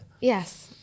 yes